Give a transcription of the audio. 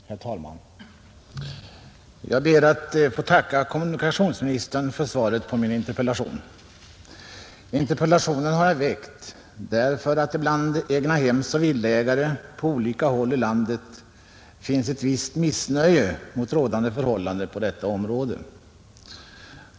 Herr talman! Jag ber att få tacka kommunikationsministern för svaret på min interpellation. Interpellationen har jag väckt därför att det bland egnahemsoch villaägare på olika håll i landet finns ett visst missnöje med rådande förhållanden på detta område.